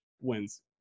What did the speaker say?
wins